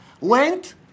went